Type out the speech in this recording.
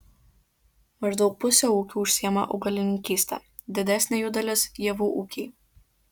maždaug pusė ūkių užsiima augalininkyste didesnė jų dalis javų ūkiai